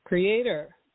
Creator